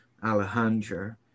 Alejandro